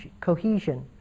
cohesion